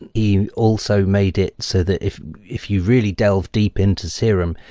he also made it so that if if you really delve deep into serum,